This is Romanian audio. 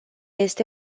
este